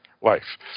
life